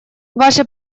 ваше